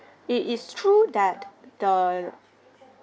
it is true that the